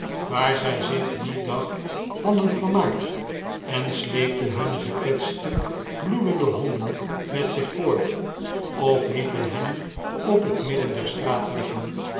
waar zg zich dien dag hadden vermaakt en sleepten hunne gekwetste bloedende honden met zich voort of lieten hen op het midden der straat liggen